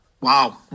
Wow